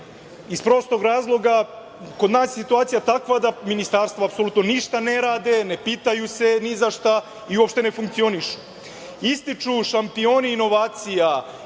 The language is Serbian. iz prostog razloga kod nas je situacija takva da ministarstva apsolutno ništa ne rade, ne pitaju se ni za šta i uopšte ne funkcionišu. Ističu šampioni inovacija,